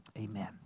amen